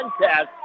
contest